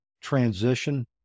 transition